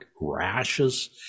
rashes